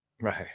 right